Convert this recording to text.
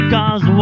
Cause